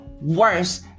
worse